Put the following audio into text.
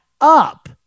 up